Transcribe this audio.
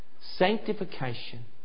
sanctification